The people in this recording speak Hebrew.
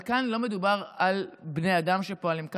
אבל כאן לא מדובר על בני אדם שפועלים,